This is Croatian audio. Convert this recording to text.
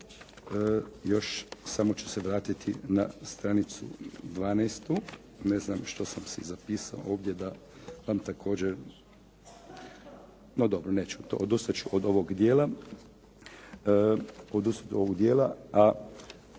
Još samo ću se vratiti na stranicu 12., ne znam što sam si zapisao ovdje da vam također, no dobro, nećemo to, odustat ću od ovog dijela. A ponavljam, u ovom pojedinačnoj